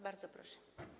Bardzo proszę.